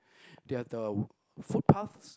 they are the foot paths